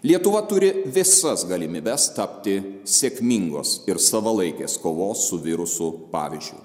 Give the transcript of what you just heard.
lietuva turi visas galimybes tapti sėkmingos ir savalaikės kovos su virusu pavyzdžiu